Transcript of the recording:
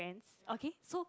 and okay so